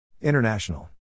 International